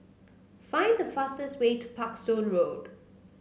find the fastest way to Parkstone Road